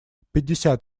пятьдесят